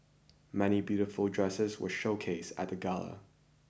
many beautiful dresses were showcased at the gala